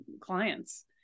clients